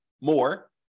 more